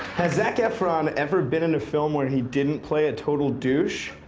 has zac efron ever been in a film where he didn't play a total douche?